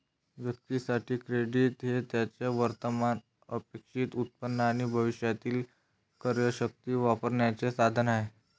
व्यक्तीं साठी, क्रेडिट हे त्यांचे वर्तमान अपेक्षित उत्पन्न आणि भविष्यातील क्रयशक्ती वापरण्याचे साधन आहे